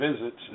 visits